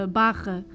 barra